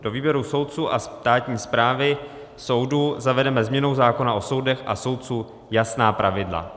Do výběru soudců a státní správy soudů zavedeme změnou zákona o soudech a soudců jasná pravidla.